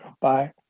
Bye